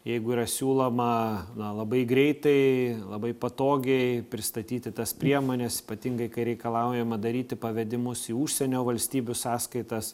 jeigu yra siūloma na labai greitai labai patogiai pristatyti tas priemones ypatingai kai reikalaujama daryti pavedimus į užsienio valstybių sąskaitas